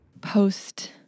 post